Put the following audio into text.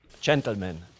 Gentlemen